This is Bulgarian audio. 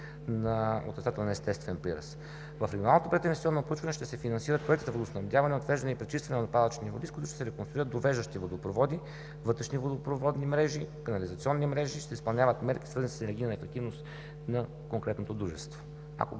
на отрицателния естествен прираст. В регионалното прединвестиционно проучване ще се финансират проекти за водоснабдяване, отвеждане и пречистване на отпадъчните води, с които ще се реконструират довеждащи водопроводи, вътрешни водопроводни и канализационни мрежи, ще се изпълнят мерки, свързани с енергийната ефективност на конкретното дружество,